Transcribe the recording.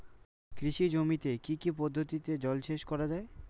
কৃষি জমিতে কি কি পদ্ধতিতে জলসেচ করা য়ায়?